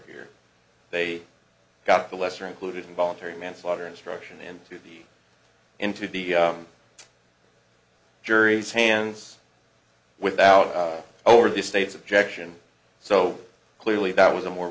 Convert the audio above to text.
here they got the lesser included involuntary manslaughter instruction into the into the jury's hands without over the state's objection so clearly that was a more